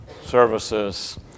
services